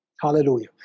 hallelujah